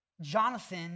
Jonathan